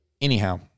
Anyhow